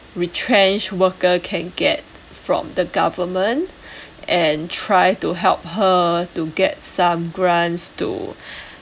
retrenched worker can get from the government and try to help her to get some grants to